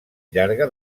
llarga